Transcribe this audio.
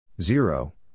Zero